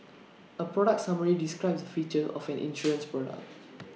A product summary describes the features of an insurance product